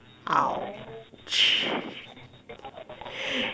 !ouch!